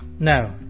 No